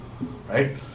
Right